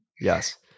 Yes